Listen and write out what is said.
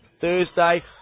Thursday